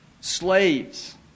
slaves